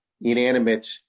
inanimate